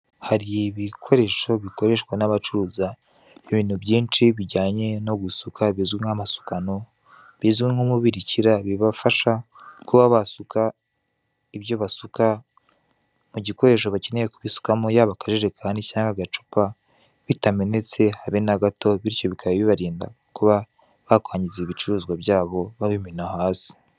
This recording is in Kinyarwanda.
Hari ibikoresho bikoreshwa n'abacuruza ibintu byinshi bijyanye no gusuka bizwi nk'amasukano bizwi nk'umubirikira, bibafasha kuba basuka ibyo basuka mu gikoresho bakeneye kubisukamo, Yaba akajerekani cyangwa agacupa. Bitamenetse habe nagato Bityo bikaba bibarinda kuba bakwangiriza ibicuruzwa byabo babimena Hasi.